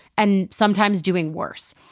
and sometimes doing worse.